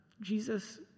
Jesus